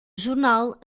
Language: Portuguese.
jornal